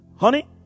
Honey